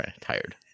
tired